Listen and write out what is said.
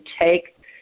take